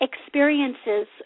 experiences